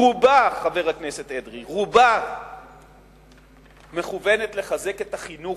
רובה, חבר הכנסת אדרי, מכוון לחזק את החינוך,